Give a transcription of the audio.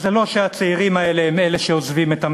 זה לא שהצעירים האלה הם אלה שעוזבים את המדינה,